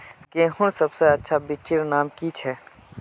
गेहूँर सबसे अच्छा बिच्चीर नाम की छे?